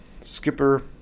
Skipper